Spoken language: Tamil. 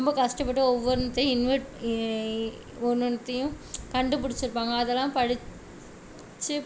ரொம்ப கஷ்டப்பட்டு ஒவ்வொன்னுதையும் இன்வைர்ட் இ ஒன்னொன்னுதையும் கண்டுபிடிச்சிருப்பாங்க அதெல்லாம் படிச்சு